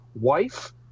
wife